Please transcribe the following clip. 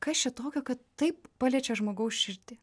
kas čia tokio kad taip paliečia žmogaus širdį